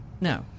No